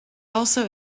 also